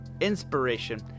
inspiration